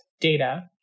data